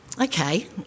Okay